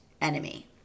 enemy